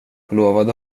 lovade